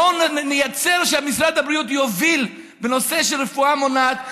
בואו נייצר שמשרד הבריאות יוביל בנושא של רפואה מונעת,